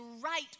right